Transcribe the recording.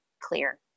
clear